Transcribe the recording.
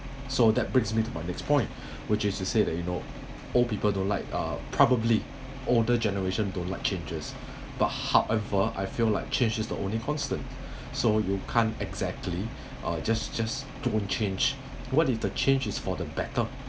so that brings me to my next point which is to say that you know old people don't like uh probably older generation don't like changes but however I feel like change is the only constant so you can't exactly uh just just don't change what if the change is for the better